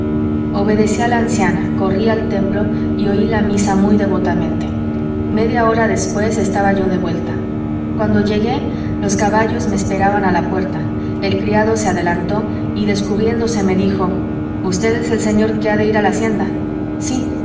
obedecí a la anciana corrí al templo y oí la misa muy devotamente media hora después estaba yo de vuelta cuando llegué los caballos me esperaban a la puerta el criado se adelantó y descubriéndose me dijo usted es el señor que ha de ir a la hacienda sí